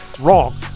wrong